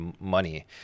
money